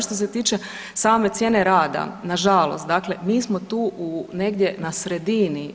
Što se tiče same cijene rada, nažalost dakle mi smo tu negdje na sredini.